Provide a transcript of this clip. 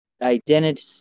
Identity